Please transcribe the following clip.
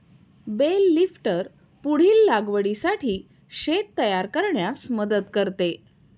bell lifter पुढील लागवडीसाठी शेत तयार करण्यास मदत करते